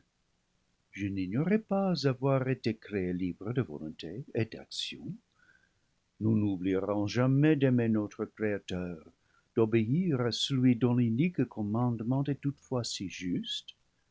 je n'ignorais pas avoir été créé libre de volonté et d'action nous n'oublierons jamais d'aimer notre créateur d'obéir à celui dont l'unique commandement est toutefois si juste